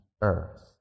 earth